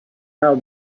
how